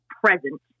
present